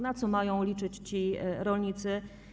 Na co mają liczyć ci rolnicy?